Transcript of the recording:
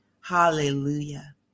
Hallelujah